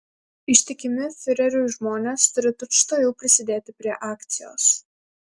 ištikimi fiureriui žmonės turi tučtuojau prisidėti prie akcijos